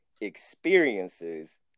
experiences